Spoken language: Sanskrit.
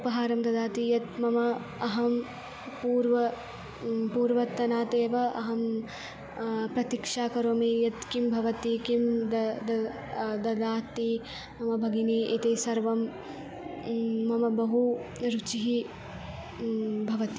उपहारं ददति यत् मम अहं पूर्वं पूर्वतनादेव अहं प्रतीक्षां करोमि यत् किं भवति किं द द ददाति मम भगिनी इति सर्वं मम बहु रुचिः भवति